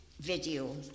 video